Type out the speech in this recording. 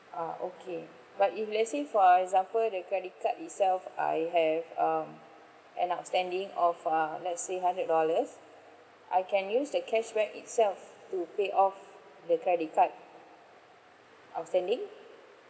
ah okay but if let's say for example the credit card itself I have um an outstanding of uh let's say hundred dollars I can use the cashback itself to pay off the credit card outstanding